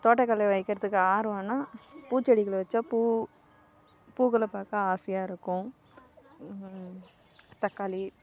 தோட்டக்கலை வைக்கிறதுக்கு ஆர்வம்னா பூச்செடிகள் வச்சா பூ பூக்கள் பார்க்க ஆசையாக இருக்கும் தக்காளி